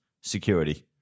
security